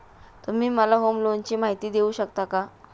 तुम्ही मला होम लोनची माहिती देऊ शकता का?